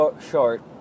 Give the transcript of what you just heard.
Short